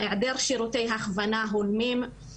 היעדר שירותי הכוונה הולמים,